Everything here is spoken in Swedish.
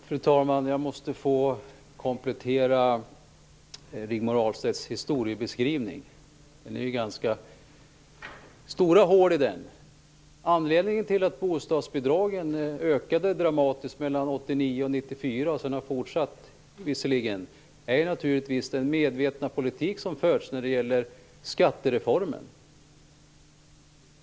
Fru talman! Jag måste få komplettera Rigmor Ahlstedts historieskrivning, som det är ganska stora hål i. Anledningen till att bostadsbidragen ökade dramatiskt mellan 1989 och 1994 - de har ökat också därefter - är naturligtvis den medvetna politik som förts genom skattereformen.